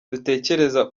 dutekereza